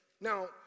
Now